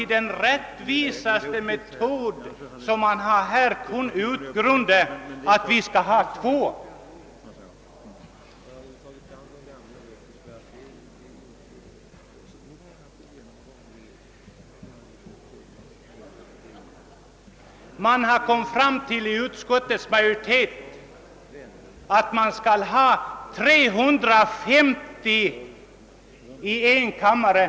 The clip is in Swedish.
Den mest rättvisa fördelning som författningsutredningen kunnat utgrunda är att ge oss endast två representanter i den nya enkammaren. Utskottets majoritet har stannat för ett antal av 350 ledamöter i enkammaren.